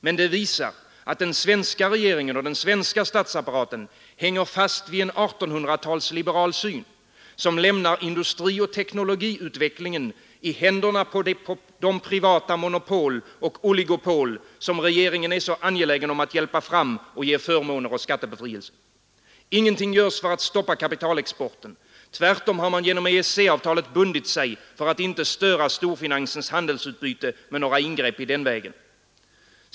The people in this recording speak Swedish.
Men det visar att den svenska regeringen och den svenska statsapparaten hänger fast vid en 1800-talsliberal syn, som lämnar industrioch teknologiutvecklingen i händerna på det privata monopol och oligopol, som regeringen är så angelägen om att hjälpa fram och ge förmåner och skattebefrielse. Ingenting görs för att stoppa kapitalexporten, tvärtom har man genom EEC-avtalet bundit sig för att inte störa storfinansens handelsutbyte med några ingrepp i den vägen.